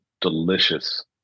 delicious